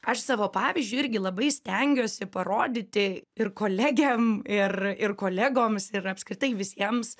aš savo pavyzdžiu irgi labai stengiuosi parodyti ir kolegėm ir ir kolegoms ir apskritai visiems